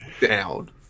down